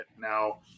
Now